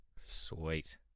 Sweet